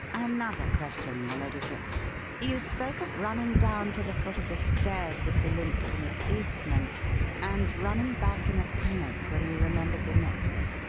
another question, your ladyship you spoke of running down to the foot of the stairs with the lint for miss eastman and running back in a panic when you remembered the necklace.